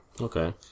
Okay